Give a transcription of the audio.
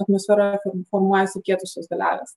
atmosfera formuojasi kietosios dalelės